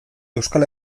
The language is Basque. euskal